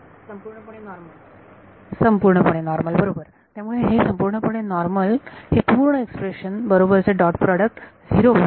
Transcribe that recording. विद्यार्थी संपूर्णपणे नॉर्मल संपूर्णपणे नॉर्मल बरोबर त्यामुळे हे संपूर्णपणे नॉर्मल हे पूर्ण एक्सप्रेशन बरोबरचे डॉट प्रॉडक्ट झिरो होऊन त्याचा शेवट होईल का